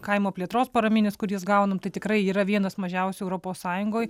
kaimo plėtros paraminis kurias gaunam tai tikrai yra vienas mažiausių europos sąjungoj